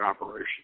operation